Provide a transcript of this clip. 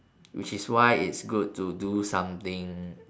which is why it's good to do something